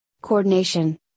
coordination